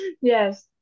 yes